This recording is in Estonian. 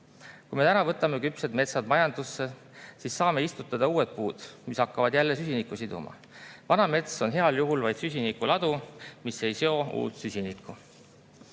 Kui me täna võtame küpsed metsad majandusse, siis saame istutada uued puud, mis hakkavad jälle süsinikku siduma. Vana mets on heal juhul vaid süsiniku ladu, mis ei seo uut süsinikku.